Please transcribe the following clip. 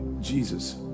Jesus